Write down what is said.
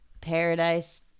Paradise